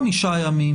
חמישה ימים